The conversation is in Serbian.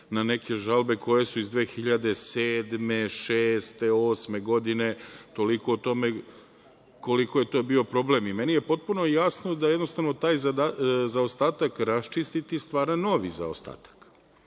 na neke žalbe koje su iz 2007, 2006, 2008. godine, toliko o tome koliko je to bio problem. Meni je potpuno jasno da taj zaostatak raščistiti i stvara novi zaostatak,